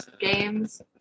games